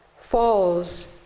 falls